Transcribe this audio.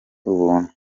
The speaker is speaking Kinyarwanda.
ubuntu